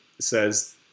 says